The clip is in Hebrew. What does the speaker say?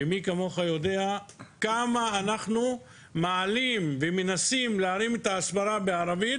מי כמוך יודע כמה אנחנו מנסים להרים את ההסברה בערבית